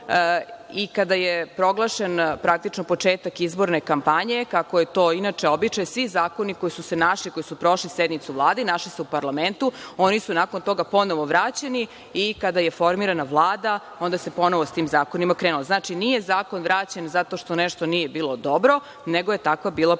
Kada je proglašen praktično početak izborne kampanje, kako je to inače običaj, svi zakoni koji su se našli, koji su prošli sednicu Vlade i našli se u parlamentu, oni su nakon toga ponovo vraćeni. Kada je formirana Vlada, onda se ponovo s tim zakonima krenu. Znači, nije zakon vraćen zato što nešto nije bilo dobro, nego je takva bila